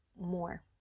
more